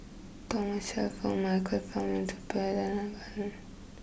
Thomas Shelford Michael Fam and Suppiah Dhanabalan